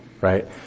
right